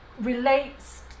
relates